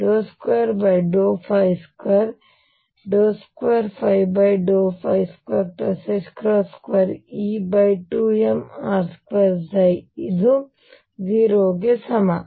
22222E2mr2 ಇದು 0 ಗೆ ಸಮಾನ